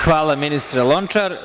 Hvala, ministre Lončar.